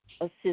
assist